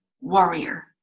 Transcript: warrior